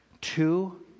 Two